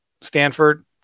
Stanford